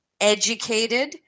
educated